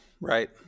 right